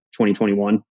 2021